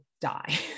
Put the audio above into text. die